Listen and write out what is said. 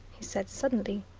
he said suddenly.